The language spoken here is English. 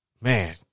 Man